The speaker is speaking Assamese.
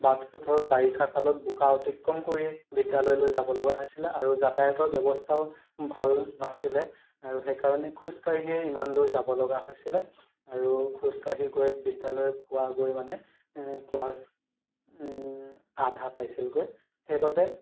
বাট পথৰ বাৰিষা কালত বোকা অতিক্ৰম কৰি বিদ্যালয়লৈ যাব লগা হৈছিলে আৰু যাতায়তৰ ব্য়ৱস্থাও ভাল নাছিলে আৰু সেইকাৰণে খোজ কাঢ়িয়ে ইমান দূৰ যাব লগা হৈছিলে আৰু খোজ কাঢ়ি গৈ বিদ্যালয় পোৱাগৈ মানে ক্লাছ আধা পাইছিলগৈ সেই বাবে